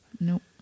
Nope